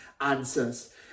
answers